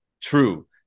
true